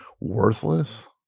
Worthless